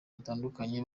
batandukanye